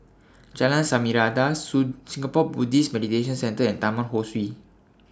Jalan Samarinda Soon Singapore Buddhist Meditation Centre and Taman Ho Swee